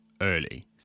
early